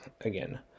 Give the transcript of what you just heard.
again